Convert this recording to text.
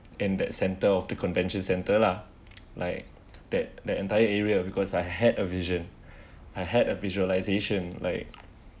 in that centre of the convention centre lah like that the entire area because I had a vision I had a visualisation like